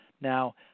Now